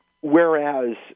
whereas